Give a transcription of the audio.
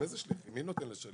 מי נותן לשליח?